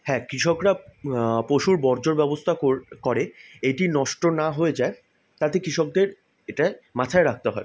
হ্যাঁ কৃষকরা পশুর বর্জ্যর ব্যবস্থা করে এটি নষ্ট না হয়ে যায় তাতে কৃষকদের এটায় মাথায় রাখতে হয়